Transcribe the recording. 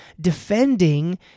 defending